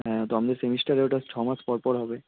হ্যাঁ তো আমাদের সেমেস্টারে ওটা ছ মাস পর পর হবে